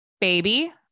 Baby